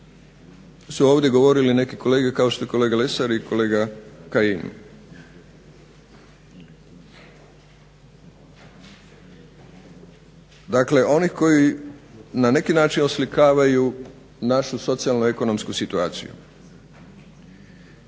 su ovdje govorili neki kolege kao što je kolega Lesar i kolega Kajin, dakle oni koji na neki način oslikavaju našu socijalno-ekonomsku situaciju.